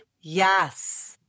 Yes